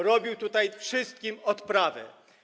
robił tutaj wszystkim odprawę.